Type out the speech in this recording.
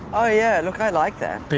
i yeah like i like that.